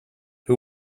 who